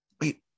wait